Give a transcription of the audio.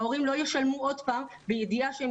והורים לא ישלמו עוד פעם בידיעה שהם